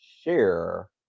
share